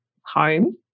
home